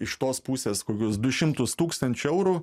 iš tos pusės kokius du šimtus tūkstančių eurų